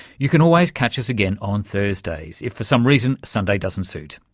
you can always catch us again on thursdays, if for some reason sunday doesn't suit.